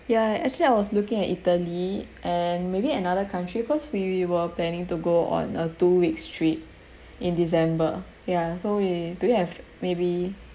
ya actually I was looking at italy and maybe another country cause we were planning to go on a two week straight in december ya so we do you have maybe